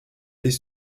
des